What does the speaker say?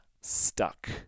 stuck